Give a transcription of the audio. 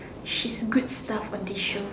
she's good stuff on this show